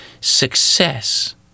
success